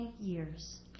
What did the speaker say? years